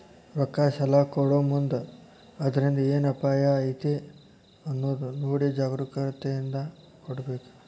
ರೊಕ್ಕಾ ಸಲಾ ಕೊಡೊಮುಂದ್ ಅದ್ರಿಂದ್ ಏನ್ ಅಪಾಯಾ ಐತಿ ಅನ್ನೊದ್ ನೊಡಿ ಜಾಗ್ರೂಕತೇಂದಾ ಕೊಡ್ಬೇಕ್